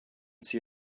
see